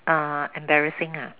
uh embarrassing ha